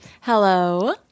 Hello